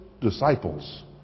disciples